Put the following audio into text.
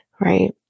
right